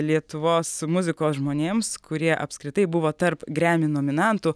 lietuvos muzikos žmonėms kurie apskritai buvo tarp gremi nominantų